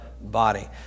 body